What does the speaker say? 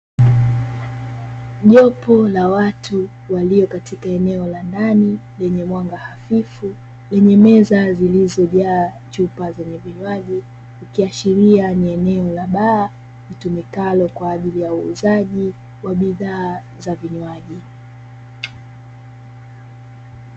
Jopo la watu walio katika eneo la ndani lenye mwanga hafifu, lenye meza zilizojaa chupa zenye vinywaji ikiashiria ni eneo la baa litumikalo kwa ajili ya uuzaji wa bidhaa za vinywaji.